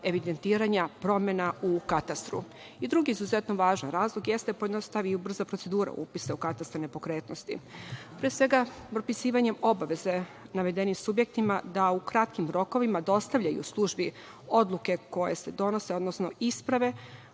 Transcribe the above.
evidentiranja promena u katastru. Drugi izuzetno važan razlog jeste da se pojednostavi i ubrza procedura upisa u katastar nepokretnosti, pre svega, propisivanjem obaveze navedenim subjektima da u kratkim rokovima dostavljaju službi odluke koje se donose, odnosno isprave,